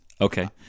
Okay